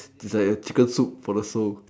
is like a chicken soup for the soul